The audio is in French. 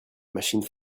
machine